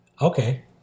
okay